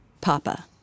Papa